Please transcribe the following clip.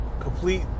complete